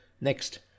Next